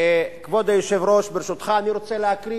כבוד היושב-ראש, ברשותך, רוצה להקריא